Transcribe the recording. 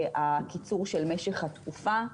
תוודא שההחלטות שלה מבוצעות הלכה למעשה.